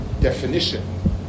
definition